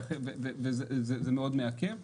וזה מעכב מאוד.